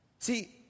See